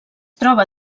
troba